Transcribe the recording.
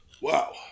Wow